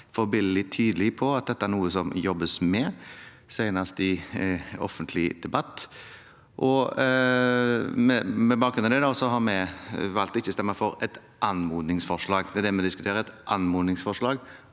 vært forbilledlig tydelig på at dette er noe det jobbes med, senest i offentlig debatt. Med bakgrunn i det har vi valgt å ikke stemme for et anmodningsforslag.